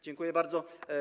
Dziękuję bardzo.